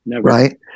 Right